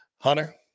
Hunter